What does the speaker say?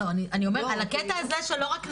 לא, אני אומרת על הקטע הזה שלא רק נשים.